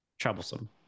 troublesome